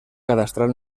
cadastral